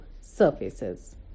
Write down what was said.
surfaces